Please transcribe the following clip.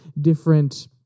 different